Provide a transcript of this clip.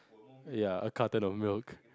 ya a carton of milk